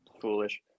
Foolish